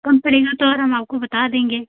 कम पड़ेगा तो और हम आपको बता देंगे